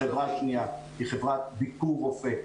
החברה השנייה היא חברת "ביקור רופא".